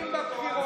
מקבלים תקציבים,